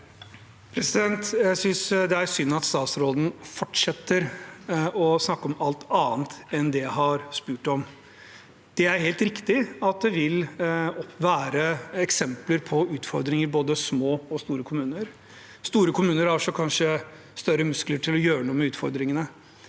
Jeg synes det er synd at statsråden fortsetter å snakke om alt annet enn det jeg har spurt om. Det er helt riktig at det vil være eksempler på utfordringer i både små og store kommuner. Store kommuner har kanskje større muskler til å gjøre noe med utfordringene.